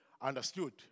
understood